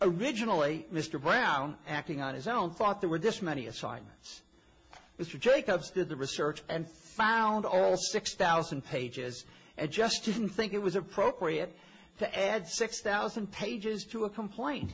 originally mr brown acting on his own thought there were this many assignments mr jacobs did the research and found all six thousand pages i just didn't think it was appropriate to add six thousand pages to a complain